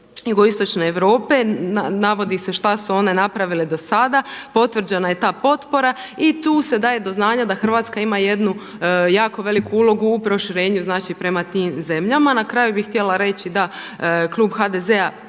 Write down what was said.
Jugoistočne Europe, navodi se šta su one napravile do sada, potvrđena je ta potpora i tu se daje do znanja da Hrvatska ima jednu jako veliku ulogu u proširenju prema tim zemljama. Na kraju bih htjela reći da klub HDZ-a